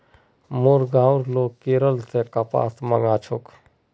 मोर गांउर लोग केरल स कपास मंगा छेक